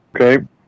Okay